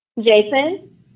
Jason